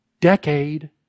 decade